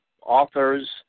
authors